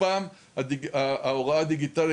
ההוראה הדיגיטלית,